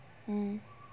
mm